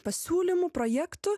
pasiūlymų projektų